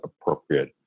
appropriate